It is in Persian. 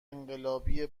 انقلابی